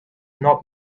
not